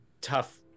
tough